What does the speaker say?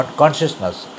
consciousness